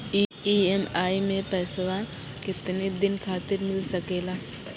EMI मैं पैसवा केतना दिन खातिर मिल सके ला?